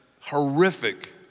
horrific